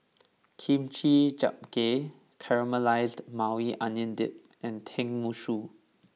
Kimchi Jjigae Caramelized Maui Onion Dip and Tenmusu